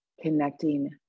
connecting